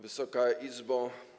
Wysoka Izbo!